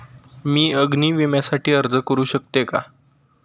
मी अग्नी विम्यासाठी अर्ज करू शकते का?